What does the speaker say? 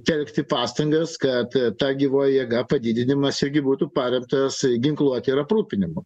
telkti pastangas kad ta gyvoji jėga padidinimas irgi būtų paremtas ginkluote ir aprūpinimu